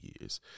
years